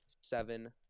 seven